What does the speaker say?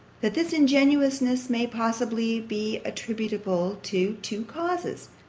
that this ingenuousness may possibly be attributable to two causes,